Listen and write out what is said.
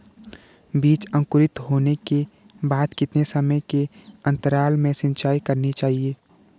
बीज अंकुरित होने के बाद कितने समय के अंतराल में सिंचाई करनी चाहिए?